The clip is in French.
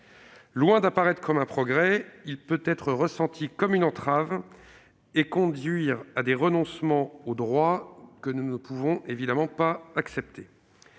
Loin d'apparaître comme un progrès, il peut être ressenti comme une entrave et conduire à des renoncements aux droits, ce que nous ne pouvons évidemment pas accepter.